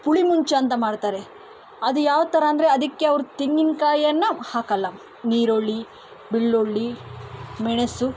ಪುಳಿಮುಂಚಿ ಅಂತ ಮಾಡ್ತಾರೆ ಅದು ಯಾವ ಥರ ಅಂದರೆ ಅದಕ್ಕೆ ಅವರು ತೆಂಗಿನಕಾಯಿಯನ್ನ ಹಾಕಲ್ಲ ನೀರುಳ್ಳಿ ಬೆಳ್ಳುಳ್ಳಿ ಮೆಣಸು